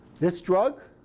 this drug.